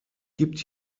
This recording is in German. gibt